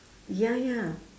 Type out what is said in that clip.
ya ya